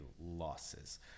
losses